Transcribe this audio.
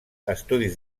estudis